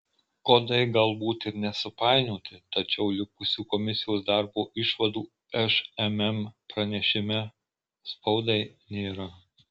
kodai galbūt ir nesupainioti tačiau likusių komisijos darbo išvadų šmm pranešime spaudai nėra